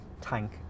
tank